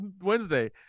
Wednesday